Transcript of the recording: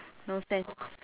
no